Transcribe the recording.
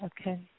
Okay